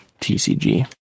TCG